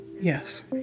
Yes